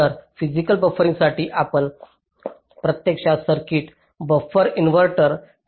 तर फिसिकल बफरिंगसाठी आपण प्रत्यक्षात सर्किट बफर इन्व्हर्टर सादर करीत आहात